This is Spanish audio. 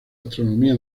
astronomía